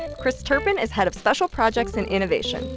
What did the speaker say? and chris turpin is head of special projects and innovation.